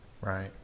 Right